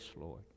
Lord